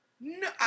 No